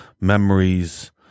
memories